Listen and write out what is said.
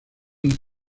une